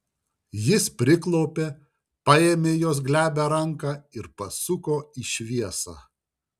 jis priklaupė paėmė jos glebią ranką ir pasuko į šviesą